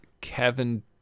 Kevin